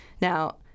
Now